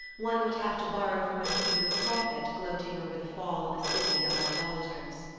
one would have to borrow from a hebrew prophet gloating over the fall of a city of idolaters.